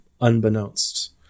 unbeknownst